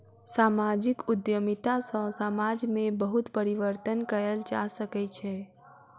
सामाजिक उद्यमिता सॅ समाज में बहुत परिवर्तन कयल जा सकै छै